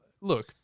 Look